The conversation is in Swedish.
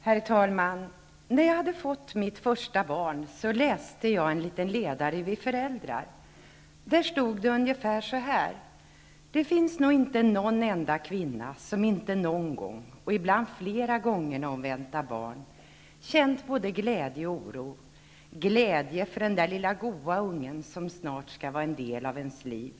Herr talman! När jag precis hade fått mitt första barn läste jag en liten ledare i Vi föräldrar. Där stod det ungefär så här: ''Det finns nog inte någon enda kvinna, som inte nån gång, och ibland flera gånger, när hon väntat barn känt både glädje och oro... Glädje för den där lilla goa ungen som snart ska vara en del av ens liv.